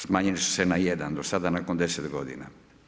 Smanjila su se na 1 do sada, nakon 10 godina.